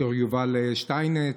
ד"ר יובל שטייניץ,